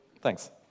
Thanks